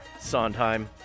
Sondheim